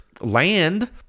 land